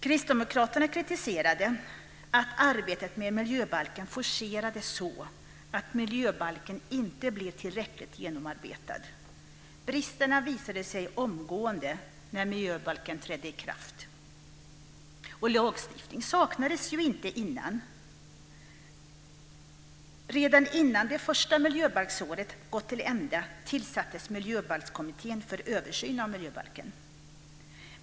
Kristdemokraterna kritiserade att arbetet med miljöbalken forcerades så att miljöbalken inte blev tillräckligt genomarbetad. Bristerna visade sig omgående när miljöbalken trädde i kraft. Lagstiftning saknades ju inte innan. Redan innan det första miljöbalksåret gått till ända tillsattes Miljöbalkskommittén för översyn av miljöbalken.